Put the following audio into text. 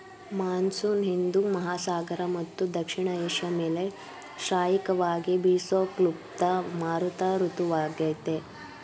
monsoon Hindu ಮಹಾಸಾಗರ ಮತ್ತು ದಕ್ಷಿಣ ಏಷ್ಯ ಮೇಲೆ ಶ್ರಾಯಿಕವಾಗಿ ಬೀಸೋ ಕ್ಲುಪ್ತ ಮಾರುತ ಋತುವಾಗಯ್ತೆ